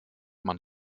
man